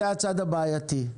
זה הצד הבעייתי.